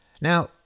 Now